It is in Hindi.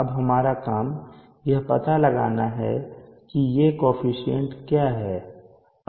अब हमारा काम यह पता लगाना है कि ये कोअफिशन्ट क्या हैं